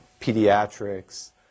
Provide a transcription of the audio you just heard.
pediatrics